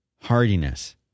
hardiness